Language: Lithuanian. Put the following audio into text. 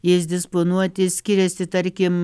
jais disponuoti skiriasi tarkim